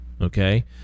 Okay